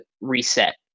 reset